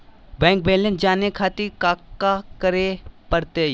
Bank balance जाने खातिर काका करे पड़तई?